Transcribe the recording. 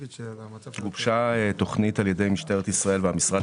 הוגשה תוכנית על-ידי משטרת ישראל והמשרד